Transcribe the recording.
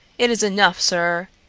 it is enough, sir.